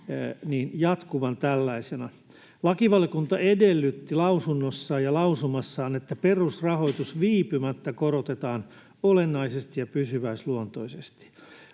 jatkuvan tällaisena. Lakivaliokunta edellytti lausunnossaan ja lausumassaan, että perusrahoitus viipymättä korotetaan olennaisesti ja pysyväisluontoisesti.